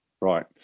Right